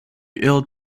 ill